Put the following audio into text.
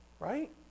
right